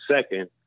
second